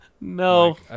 No